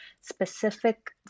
specific